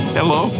hello